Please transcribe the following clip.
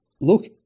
Look